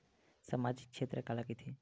सामजिक क्षेत्र काला कइथे?